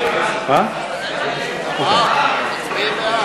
נא להצביע.